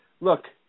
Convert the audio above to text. look